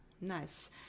Nice